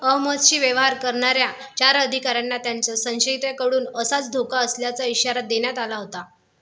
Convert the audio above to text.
अहमदशी व्यवहार करणार्या चार अधिकार्यांना त्यांच्या संशयिताकडून असाच धोका असल्याचा इशारा देण्यात आला होता